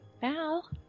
Val